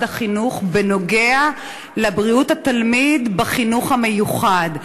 החינוך בנוגע לבריאות התלמיד בחינוך המיוחד.